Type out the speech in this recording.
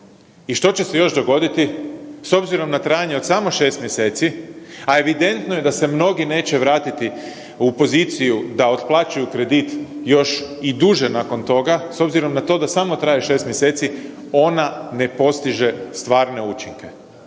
I što će se još dogoditi? S obzirom na trajanje od samo 6 mjeseci, a evidentno je da se mnogi neće vratiti u poziciju da otplaćuju kredit još i duže nakon toga s obzirom da na to samo traje 6 mjeseci ona ne postiže stvarne učinke.